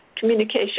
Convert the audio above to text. communication